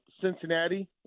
Cincinnati